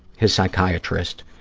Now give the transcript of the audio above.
his psychiatrist,